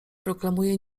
proklamuje